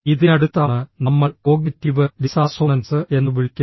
ഇതിനടുത്താണ് നമ്മൾ cognitive dissonance എന്ന് വിളിക്കുന്നത്